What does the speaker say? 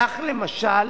כך, למשל,